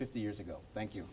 fifty years ago thank you